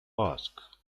ask